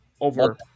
over